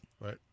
right